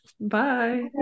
Bye